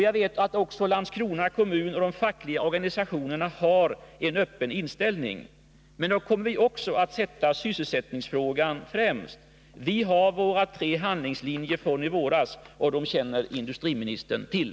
Jag vet att också Landskrona kommun och de fackliga organisationerna har en öppen inställning. Men liksom i våras kommer vi också nu att sätta sysselsättningsfrågan främst. Vi har våra tre handlingslinjer från i våras. Dem känner industriministern till.